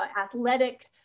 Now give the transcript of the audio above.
athletic